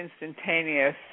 instantaneous